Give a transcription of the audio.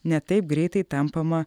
ne taip greitai tampama